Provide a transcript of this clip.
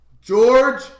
George